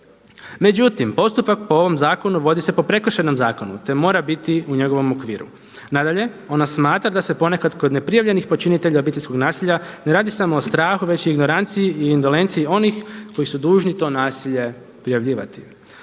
Međutim, postupak po ovom zakonu vodi se po Prekršajnom zakonu, te mora biti u njegovom okviru. Nadalje, ona smatra da se ponekad kod neprijavljenih počinitelja obiteljskog nasilja ne radi samo o strahu, već i ignoranciji i indolenciji onih koji su dužni to nasilje prijavljivati.